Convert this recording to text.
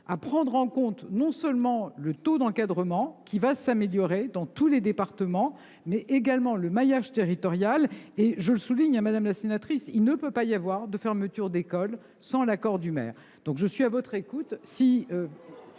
à prendre en compte non seulement le taux d’encadrement, qui s’améliorera dans tous les départements, mais aussi le maillage territorial. Je tiens à souligner, madame la sénatrice, qu’il ne peut pas y avoir de fermeture d’école sans l’accord du maire. Si cette règle